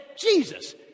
Jesus